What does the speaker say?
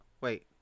Wait